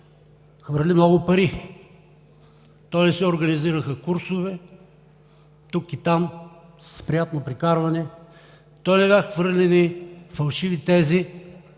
хвърли много пари. То не се организираха курсове тук и там с приятно прекарване, то не бяха хвърлени фалшиви тези,